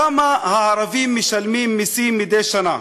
כמה הערבים משלמים מסים מדי שנה.